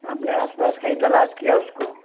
आपने आसपास कहीं तलाश किया उसको